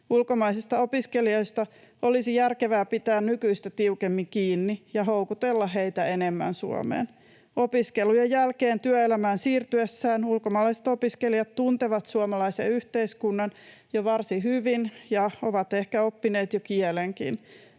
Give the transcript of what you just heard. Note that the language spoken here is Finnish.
Ulkomaisista opiskelijoista olisi järkevää pitää nykyistä tiukemmin kiinni ja houkutella heitä enemmän Suomeen. Opiskelujen jälkeen työelämään siirtyessään ulkomaalaiset opiskelijat tuntevat suomalaisen yhteiskunnan jo varsin hyvin ja ovat ehkä oppineet jo kielenkin.